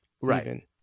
Right